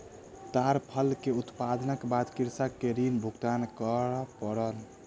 ताड़ फल के उत्पादनक बाद कृषक के ऋण भुगतान कर पड़ल